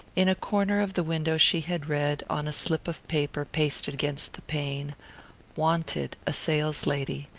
in a corner of the window she had read, on a slip of paper pasted against the pane wanted, a saleslady,